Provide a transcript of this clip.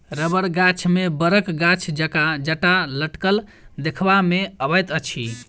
रबड़ गाछ मे बड़क गाछ जकाँ जटा लटकल देखबा मे अबैत अछि